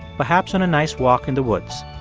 perhaps on a nice walk in the woods.